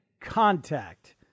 contact